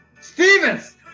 Stevens